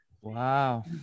Wow